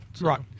Right